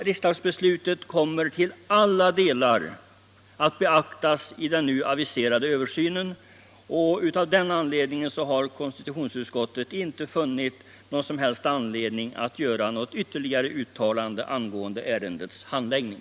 Riksdagsbeslutet kommer till alla delar att beaktas i den nu aviserade översynen, och av den anledningen har konstitutionsutskottet inte funnit någon som helst anledning att göra något ytterligare uttalande angående ärendets handläggning.